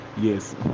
yes